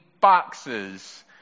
boxes